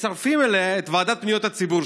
מצרפים אליה את ועדת פניות הציבור,